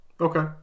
Okay